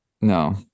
no